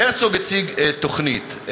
הרצוג הציג תוכנית,